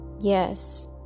Yes